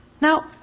Now